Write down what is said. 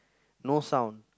no sound